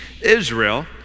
Israel